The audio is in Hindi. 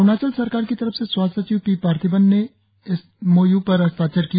अरुणाचल सरकार की तरफ से स्वास्थ्य सचिव पी पार्थिवन ने एम ओ यू पर हस्ताक्षर किया